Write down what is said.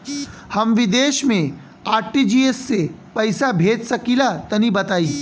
हम विदेस मे आर.टी.जी.एस से पईसा भेज सकिला तनि बताई?